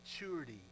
maturity